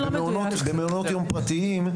במעונות יום פרטיים,